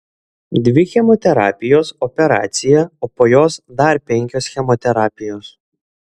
dvi chemoterapijos operacija o po jos dar penkios chemoterapijos